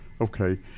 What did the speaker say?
okay